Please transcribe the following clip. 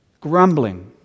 Grumbling